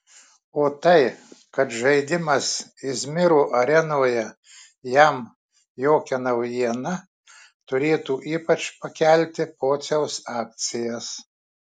o tai kad žaidimas izmiro arenoje jam jokia naujiena turėtų ypač pakelti pociaus akcijas